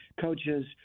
coaches